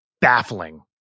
baffling